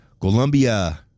Colombia